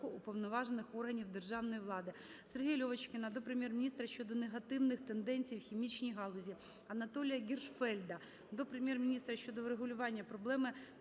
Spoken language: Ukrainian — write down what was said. Сергія Льовочкіна до Прем'єр-міністра України щодо негативних тенденцій в хімічній галузі. Анатолія Гіршфельда до Прем'єр-міністра України щодо врегулювання проблеми